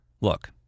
Look